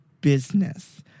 business